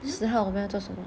十号我们要做什么